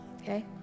Okay